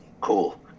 cool